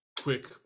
quick